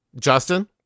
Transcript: Justin